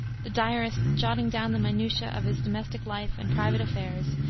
the diarist jotting down the minutiae of his domestic life and private affairs,